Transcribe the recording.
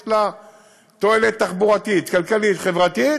יש לה תועלת תחבורתית, כלכלית, חברתית,